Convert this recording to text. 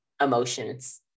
emotions